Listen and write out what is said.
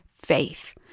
Faith